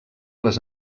les